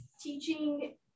teaching